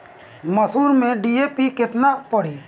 मसूर में डी.ए.पी केतना पड़ी?